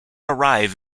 arrive